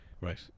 Right